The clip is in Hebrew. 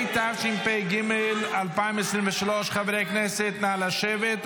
התשפ"ג 2023. חברי הכנסת, נא לשבת.